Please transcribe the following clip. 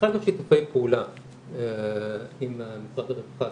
התחלנו שיתופי פעולה עם משרד הרווחה